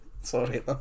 sorry